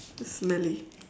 it's smelly